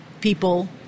people